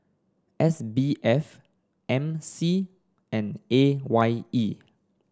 S B F M C and A Y E